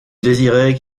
désirez